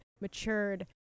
matured